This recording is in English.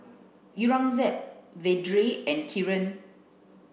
Aurangzeb Vedre and Kiran